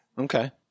Okay